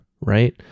right